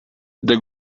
the